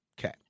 Okay